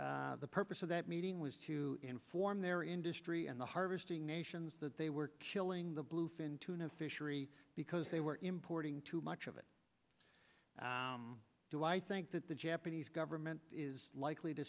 tuna the purpose of that meeting was to inform their industry and the harvesting nations that they were killing the bluefin tuna fishery because they were importing too much of it do i think that the japanese government is likely to